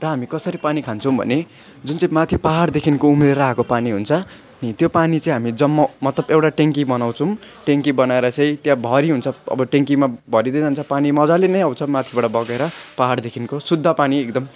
र हामी कसरी पानी खान्छौँ भने जुन चाहिँ माथि पाहाडदेखिको उम्रिएर आएको पानी हुन्छ नि त्यो पानी चाहिँ हामी जमाउ मतलब एउटा ट्यान्की बनाउँछौँ ट्यान्की बनाएर चाहिँ त्यहाँ भरी हुन्छ अब ट्यान्कीमा भरिँदै जान्छ पानी मजाले नै आउँछ माथिबाट बगेर पाहाडदेखिको शुद्ध पानी एकदम